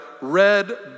red